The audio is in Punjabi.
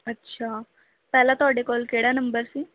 ਅੱਛਾ ਪਹਿਲਾਂ ਤੁਹਾਡੇ ਕੋਲ ਕਿਹੜਾ ਨੰਬਰ ਸੀ